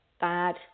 bad